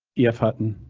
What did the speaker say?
ef hutton